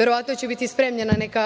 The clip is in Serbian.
Verovatno će biti spremljena neka